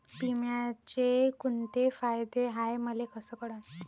बिम्याचे कुंते फायदे हाय मले कस कळन?